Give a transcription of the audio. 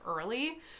early